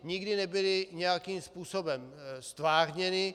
Nikdy nebyly nějakým způsobem ztvárněny.